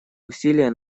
усилия